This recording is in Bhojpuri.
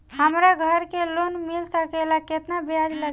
हमरा घर के लोन मिल सकेला केतना ब्याज लागेला?